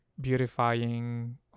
beautifying